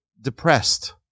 depressed